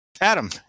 Adam